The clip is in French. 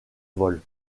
vols